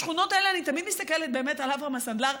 בשכונות האלה אני תמיד מסתכלת על אברהם הסנדלר,